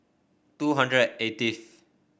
two hundred and eighth